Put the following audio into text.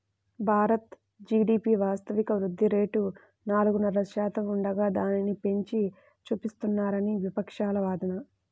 Bharat GDP వాస్తవిక వృద్ధి rate నాలుగున్నర శాతం ఉండగా దానిని పెంచి చూపిస్తున్నారని విపక్షాల వాదన